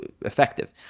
effective